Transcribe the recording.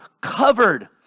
covered